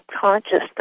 consciousness